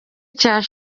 cya